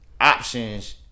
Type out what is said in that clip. options